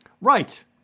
Right